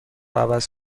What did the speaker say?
عوض